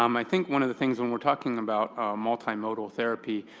um i think one of the things, when we're talking about multimodal therapy,